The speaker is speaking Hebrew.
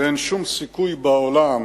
ואין שום סיכוי בעולם